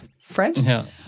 French